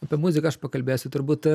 apie muziką aš pakalbėsiu turbūt